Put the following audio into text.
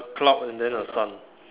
cloud and then a sun